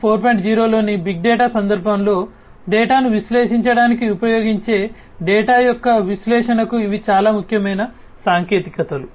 0 లోని big data సందర్భంలో డేటాను విశ్లేషించడానికి ఉపయోగించే డేటా యొక్క విశ్లేషణకు ఇవి చాలా ముఖ్యమైన సాంకేతికతలు